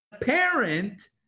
parent